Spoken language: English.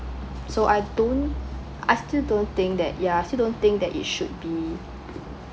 so I don't I still don't think that ya still don't think that it should be